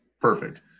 perfect